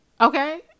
okay